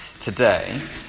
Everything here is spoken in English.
today